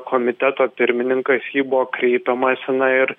komiteto pirmininkas į jį buvo kreipiamasi na ir